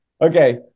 Okay